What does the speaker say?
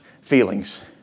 feelings